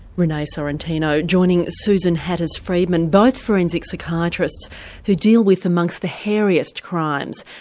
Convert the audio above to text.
renee sorrentino joining susan hatters-friedman, both forensic psychiatrists who deal with, among the hairiest crimes,